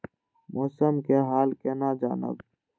मौसम के हाल केना जानब?